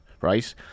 right